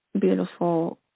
beautiful